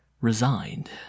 resigned